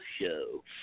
show